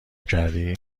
کردی